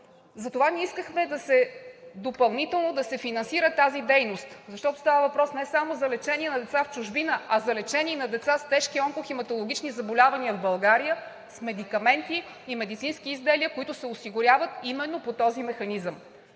Затова ние искахме допълнително да се финансира тази дейност, защото става въпрос не само за лечението на деца в чужбина, а за лечението на деца с тежки онкохематологични заболявания в България с медикаменти и медицински изделия, които се осигуряват именно по този механизъм.